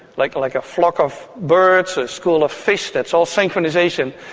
like like a flock of birds, a school of fish, that's all synchronisation.